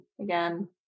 again